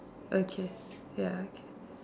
okay ya okay